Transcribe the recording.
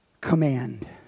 command